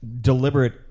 deliberate